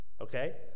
Okay